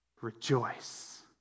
rejoice